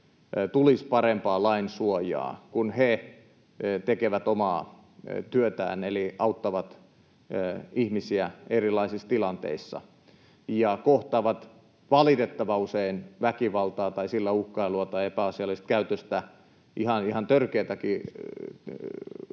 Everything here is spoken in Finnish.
tulisi parempaa lainsuojaa, kun he tekevät omaa työtään eli auttavat ihmisiä erilaisissa tilanteissa ja kohtaavat valitettavan usein väkivaltaa tai sillä uhkailua tai epäasiallista käytöstä, ihan törkeätäkin